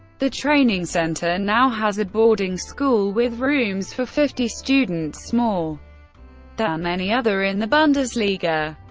the training center now has a boarding school with rooms for fifty students, more than any other in the bundesliga.